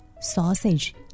Sausage